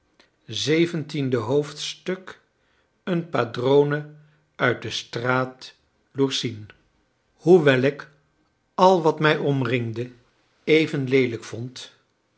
xvii een padrone uit de straat lourcine hoewel ik al wat mij omringde even leelijk vond